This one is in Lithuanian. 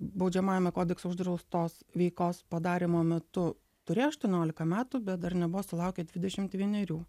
baudžiamajame kodekse uždraustos veikos padarymo metu turėjo aštuoniolika metų bet dar nebuvo sulaukę dvidešimt vienerių